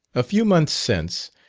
a few months since,